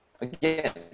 again